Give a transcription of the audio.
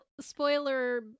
Spoiler